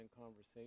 conversation